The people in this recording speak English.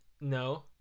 no